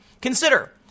Consider